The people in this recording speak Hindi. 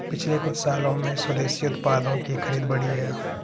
पिछले कुछ सालों में स्वदेशी उत्पादों की खरीद बढ़ी है